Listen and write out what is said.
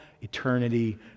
eternity